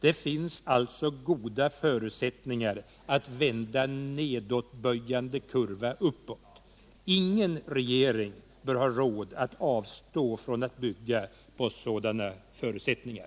Det finns alltså goda förutsättningar att vända en neddåtböjande kurva uppåt. Ingen regering bör ha råd att avstå från att bygga på sådana förutsättningar.